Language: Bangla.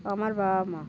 আমার বাবা মা